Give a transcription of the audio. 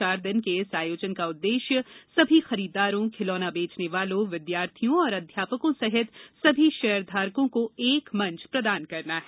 चार दिन के इस आयोजन का उद्देश्य सभी खरीददारों खिलौना बेचने वालों विद्यार्थियों और अध्यापकों सहित सभी शेयरधारकों को एक मंच प्रदान करना है